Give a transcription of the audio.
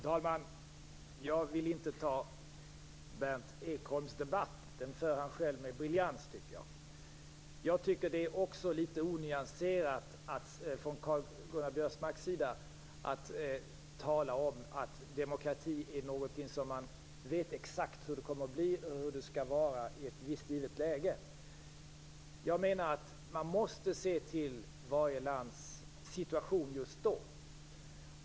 Fru talman! Jag vill inte ta Berndt Ekholms debatt. Den för han själv med briljans. Det är också litet onyanserat från Karl-Göran Biörsmarks sida att tala om att demokrati är något som man vet exakt hur det kommer att bli och hur det skall vara i ett visst givet läge. Jag menar att man måste se till varje lands situation just då.